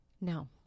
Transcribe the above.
No